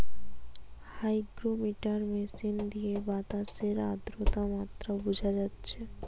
hygrometer machine দিয়ে বাতাসের আদ্রতার মাত্রা বুঝা যাচ্ছে